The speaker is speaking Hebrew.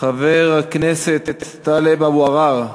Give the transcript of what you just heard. חבר הכנסת טלב אבו עראר,